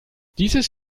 dieses